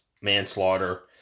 manslaughter